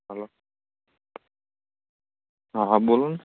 hello હા હા બોલો ને